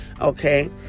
Okay